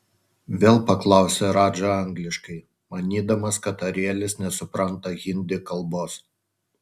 vėl paklausė radža angliškai manydamas kad arielis nesupranta hindi kalbos